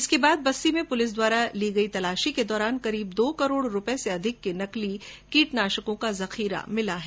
इसके बाद बस्सी में पुलिस द्वारा ली गई तलाशी के दौरान करीब दो करोड रूपये से अधिक के नकली कीटनाशकों का जखीरा मिला है